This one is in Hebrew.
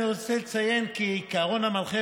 אני רוצה לציין כי העיקרון המנחה